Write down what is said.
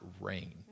rain